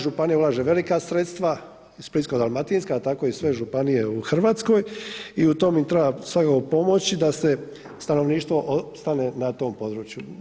Županija ulaže velika sredstva Splitsko-dalmatinska, a tako i sve županije u Hrvatskoj i u tom im treba svakako pomoći da stanovništvo ostane na tom području.